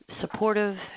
supportive